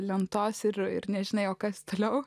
lentos ir nežinai o kas toliau